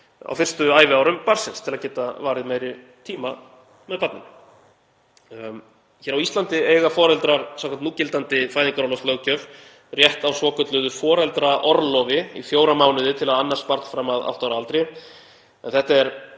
á fyrstu æviárum barnsins til að geta varið meiri tíma með barninu. Hér á Íslandi eiga foreldrar samkvæmt núgildandi fæðingarorlofslöggjöf rétt á svokölluðu foreldraorlofi í fjóra mánuði til að annast barn fram að átta ára aldri